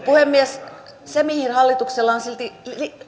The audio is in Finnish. puhemies se mihin hallituksella on silti